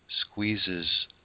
squeezes